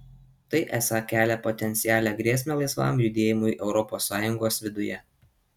tai esą kelia potencialią grėsmę laisvam judėjimui europos sąjungos viduje